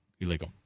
illegal